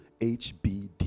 HBD